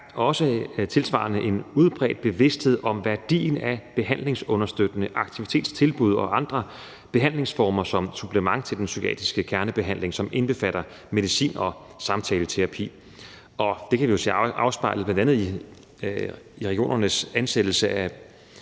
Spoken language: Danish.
også en udbredt bevidsthed om værdien af behandlingsunderstøttende aktivitetstilbud og andre behandlingsformer som supplement til den psykiatriske kernebehandling, som indbefatter medicin og samtaleterapi. Det kan vi jo bl.a. se afspejlet i regionernes ansættelse af